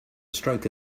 stroke